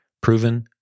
proven